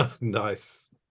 Nice